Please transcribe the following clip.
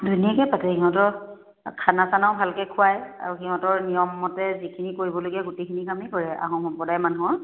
ধুনীয়াকে পাতে সিহঁতৰ খানা চানাও ভালকে খুৱায় আৰু সিহঁতৰ নিয়মমতে যিখিনি কৰিবলগীয়া গোটেইখিনি কামেই কৰে আহোম সম্প্ৰদায়ৰ মানুহৰ